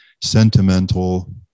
sentimental